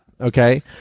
okay